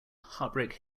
heartbreak